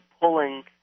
pulling